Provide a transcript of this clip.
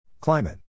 Climate